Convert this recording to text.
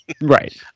right